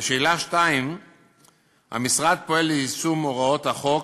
2. המשרד פועל ליישום הוראות החוק,